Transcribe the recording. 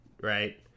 right